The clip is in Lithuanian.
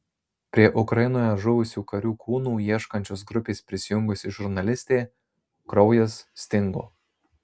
prie ukrainoje žuvusių karių kūnų ieškančios grupės prisijungusi žurnalistė kraujas stingo